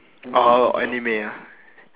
uh anime ah